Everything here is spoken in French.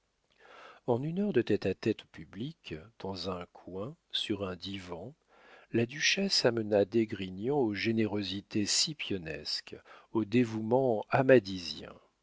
en une heure de tête à tête public dans un coin sur un divan la duchesse amena d'esgrignon aux générosités scipionesques aux dévouements